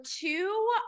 two